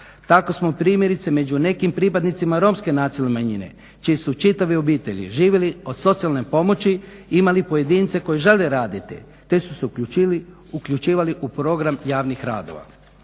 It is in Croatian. Tako smo primjerice među nekim pripadnicima Romske nacionalne manjine, čije su čitave obitelji živjele od socijalne pomoći imali pojedince koji žele raditi te su se uključili u program javnih radova.